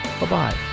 Bye-bye